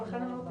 לכן אמרתי